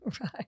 Right